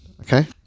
Okay